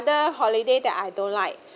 another holiday that I don't like